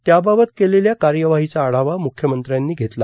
त्याबाबत केलेल्या कार्यवाहीचा आढावा मुख्यमंत्र्यांनी घेतला